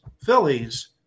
Phillies